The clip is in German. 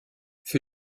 für